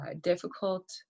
difficult